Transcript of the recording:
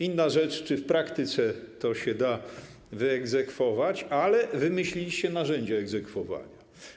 Inna rzecz, czy w praktyce to się da wyegzekwować, ale wymyśliliście narzędzia egzekwowania.